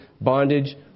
bondage